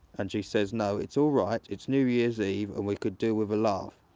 and she says, no it's all right, it's new year's eve and we could do with a laugh.